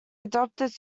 adopted